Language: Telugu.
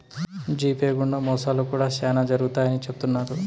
జీపే గుండా మోసాలు కూడా శ్యానా జరుగుతాయని చెబుతున్నారు